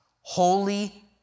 holy